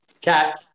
Cat